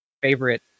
Favorite